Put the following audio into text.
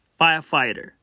Firefighter